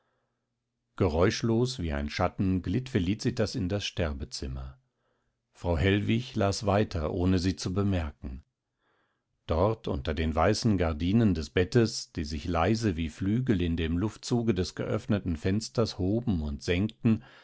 geräuschlos wie ein schatten glitt felicitas in das sterbezimmer frau hellwig las weiter ohne sie zu bemerken dort unter den weißen gardinen des bettes die sich leise wie flügel in dem luftzuge des geöffneten fensters hoben und senkten